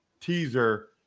teaser